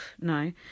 no